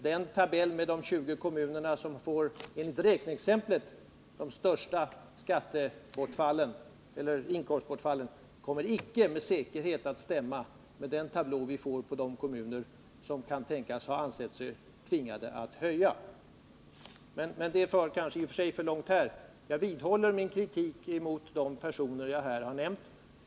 Den tabell med 20 kommuner som enligt räkneexemplet får det största inkomstbortfallet kommer inte med säkerhet att stämma med den tablå som vi får på de kommuner som kan tänkas ha ansett sig tvingade att höja skatten. Men att fortsätta det resonemanget för kanske för långt här. Jag vidhåller min kritik mot de personer som jag här har nämnt.